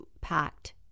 packed